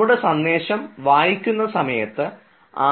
നമ്മുടെ സന്ദേശം വായിക്കുന്ന സമയത്ത്